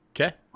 Okay